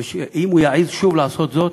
ואם הוא יעז שוב לעשות זאת,